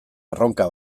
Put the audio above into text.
erronka